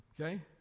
Okay